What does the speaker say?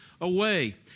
away